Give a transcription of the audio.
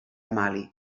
mali